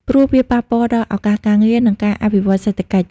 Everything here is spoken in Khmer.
ព្រោះវាប៉ះពាល់ដល់ឱកាសការងារ និងការអភិវឌ្ឍសេដ្ឋកិច្ច។